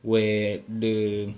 where the